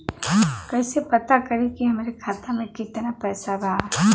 कइसे पता करि कि हमरे खाता मे कितना पैसा बा?